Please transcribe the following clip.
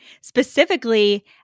specifically